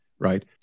right